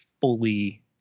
fully